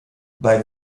bei